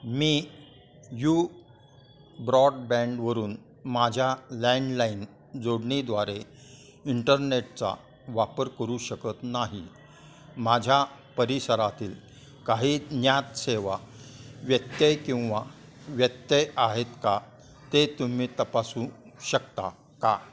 मी U ब्रॉडबँडवरून माझ्या landline जोडणीद्वारे इंटरनेटचा वापर करू शकत नाही माझ्या परिसरातील काही ज्ञात सेवा व्यत्यय किंवा व्यत्यय आहेत का ते तुम्ही तपासू शकता का